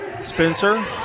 Spencer